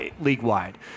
league-wide